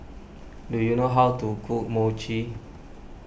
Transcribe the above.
do you know how to cook Mochi